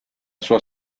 sua